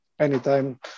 anytime